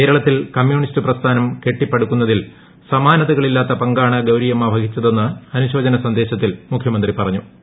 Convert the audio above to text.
കേരളത്തിൽ കമ്മ്യൂണിസ്റ്റ് പ്രസ്ഥാന്റർ കെട്ടിപ്പടുത്തുന്നതിൽ സമാനതകളില്ലാത്ത പങ്കാണ് ഗൌരിയുമ്മീ പ്പ്ഹിച്ചതെന്ന് അനുശോചന സന്ദേശത്തിൽ മുഖ്യമന്ത്രി പറഞ്ഞുകൃ വി